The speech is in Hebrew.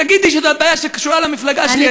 תגידי שזו בעיה שקשורה למפלגה שלי,